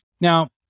Now